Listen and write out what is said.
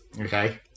Okay